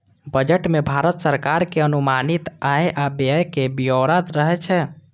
budget मे भारत सरकार के अनुमानित आय आ व्यय के ब्यौरा रहै छै